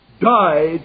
died